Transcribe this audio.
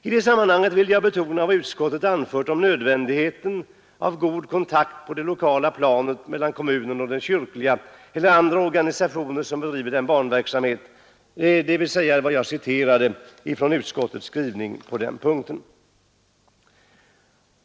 I det sammanhanget vill jag betona vad utskottet anfört om nödvändigheten av god kontakt på det lokala planet mellan kommunen och kyrkliga eller andra organisationer som bedriver en barnverksamhet, dvs. vad jag citerade från utskottets skrivning på den punkten.